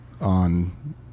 on